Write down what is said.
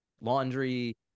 laundry